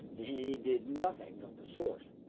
he did nothing of the sort.